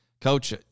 Coach